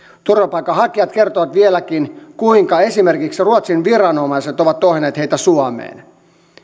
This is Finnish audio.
turvapaikanhakijat kertovat vieläkin kuinka esimerkiksi ruotsin viranomaiset ovat ohjanneet heitä suomeen